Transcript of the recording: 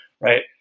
Right